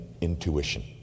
intuition